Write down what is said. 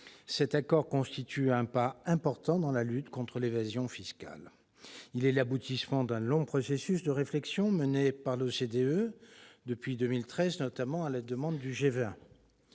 Cet accord constitue un pas important dans la lutte contre l'évasion fiscale. Il est l'aboutissement d'un long processus de réflexion mené par l'OCDE, notamment depuis 2013, à la demande du G20.